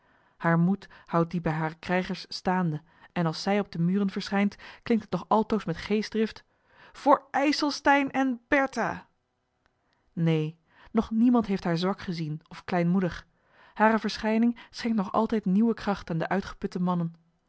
haar moed houdt dien bij hare krijgers staande en als zij op de muren verschijnt klinkt het nog altoos met geestdrift voor ijselstein en bertha neen nog niemand heeft haar zwak gezien of kleinmoedig hare verschijning schenkt nog altijd nieuwe kracht aan de uitgeputte mannen